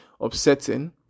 upsetting